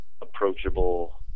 approachable